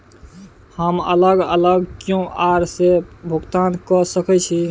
हम अलग अलग क्यू.आर से भुगतान कय सके छि?